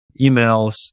emails